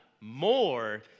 more